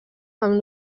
amb